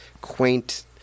quaint